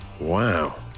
Wow